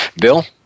Bill